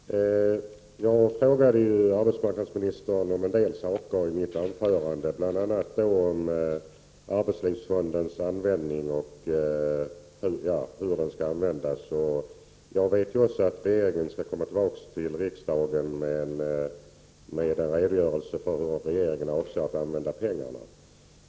Fru talman! Jag frågade arbetsmarknadsministern om en del saker i mitt anförande. Bl.a. frågade jag hur arbetslivsfonden skall användas. Jag vet också att regeringen skall komma tillbaka till riksdagen.med en redogörelse för hur regeringen avser att använda pengarna.